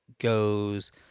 goes